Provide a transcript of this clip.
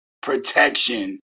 protection